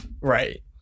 Right